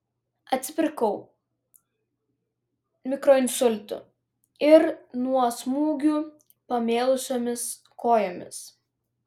atsipirkau mikroinsultu ir nuo smūgių pamėlusiomis kojomis